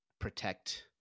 protect